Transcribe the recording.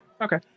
Okay